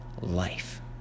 life